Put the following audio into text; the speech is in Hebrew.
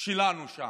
שלנו שם,